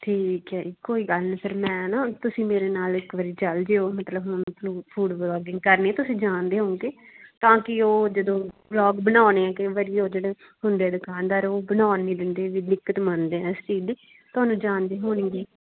ਠੀਕ ਹੈ ਜੀ ਕੋਈ ਗੱਲ ਨਹੀਂ ਫਿਰ ਮੈਂ ਨਾ ਤੁਸੀਂ ਮੇਰੇ ਨਾਲ ਇੱਕ ਵਾਰੀ ਚਲ ਜਿਓ ਮਤਲਬ ਹੁਣ ਫੂਡ ਵਲੋਗਿੰਗ ਕਰਨੀ ਤੁਸੀਂ ਜਾਣਦੇ ਹੋਉਗੇ ਤਾਂ ਕਿ ਉਹ ਜਦੋਂ ਵਲੋਗ ਬਣਾਉਣੇ ਹੈ ਕਈ ਵਾਰੀ ਉਹ ਜਿਹੜੇ ਹੁੰਦੇ ਦੁਕਾਨਦਾਰ ਉਹ ਬਣਾਉਣ ਨਹੀਂ ਦਿੰਦੇ ਵੀ ਦਿੱਕਤ ਮੰਨਦੇ ਆ ਇਸ ਚੀਜ਼ ਦੀ ਤੁਹਾਨੂੰ ਜਾਣਦੇ ਹੋਣਗੇ